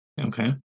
Okay